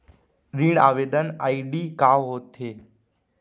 ऋण आवेदन आई.डी का होत हे?